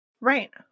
Right